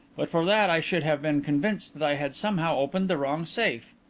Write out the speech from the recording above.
but for that i should have been convinced that i had somehow opened the wrong safe.